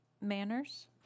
Manners